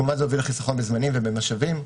כמובן זה יוביל לחיסכון בזמנים ובמשאבים.